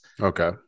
Okay